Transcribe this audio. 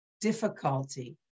difficulty